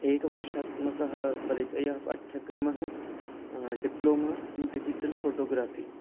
एकवर्षात्मकः परिचयः पाठ्यक्रमः diploma in digital photography